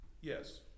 Yes